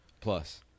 Plus